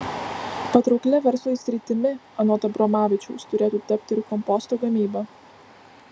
patrauklia verslui sritimi anot abromavičiaus turėtų tapti ir komposto gamyba